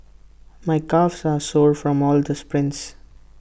my calves are sore from all the sprints